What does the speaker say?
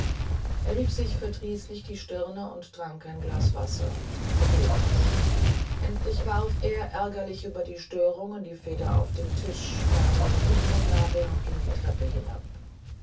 er rieb sich verdrießlich die stirne und trank ein glas wasser vergebens endlich warf er ärgerlich über die störungen die feder auf den tisch nahm den hut vom nagel und ging die treppe hinab